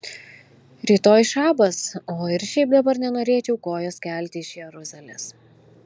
rytoj šabas o ir šiaip dabar nenorėčiau kojos kelti iš jeruzalės